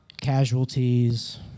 casualties